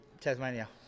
Tasmania